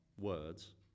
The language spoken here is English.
words